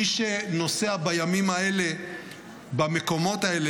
מי שנוסע בימים האלה במקומות האלה